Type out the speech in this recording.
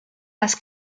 las